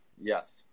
Yes